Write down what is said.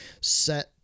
set